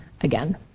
again